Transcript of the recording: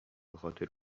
بخاطر